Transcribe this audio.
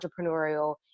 entrepreneurial